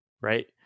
right